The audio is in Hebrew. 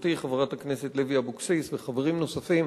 חברתי חברת הכנסת לוי אבקסיס וחברים נוספים,